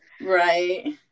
Right